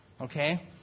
okay